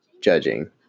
judging